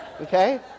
Okay